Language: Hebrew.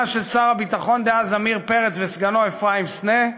של שר הביטחון דאז עמיר פרץ וסגנו אפרים סנה.